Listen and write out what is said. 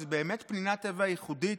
שהוא באמת פנינת טבע ייחודית.